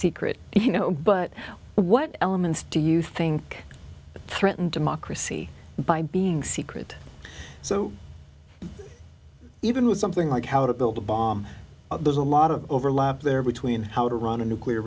secret you know but what elements do you think threaten democracy by being secret so even with something like how to build a bomb there's a lot of overlap there between how to run a nuclear